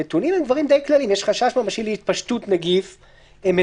הנתונים הם דברים די כלליים יש חשש ממשי להתפשטות נגיף מידבק,